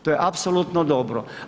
To je apsolutno dobro.